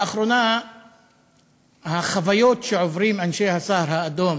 לאחרונה החוויות שעוברים אנשי "הסהר האדום"